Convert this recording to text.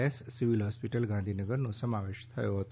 S civil hospital ગાંધીનગરનો સમાવેશ કરાયો હતો